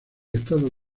estados